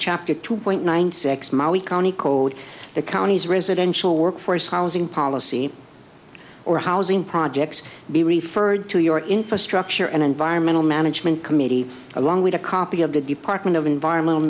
chapter two point one six molly county code the county's residential workforce housing policy or housing projects be referred to your infrastructure an environmental management committee along with a copy of the department of environmental